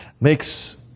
makes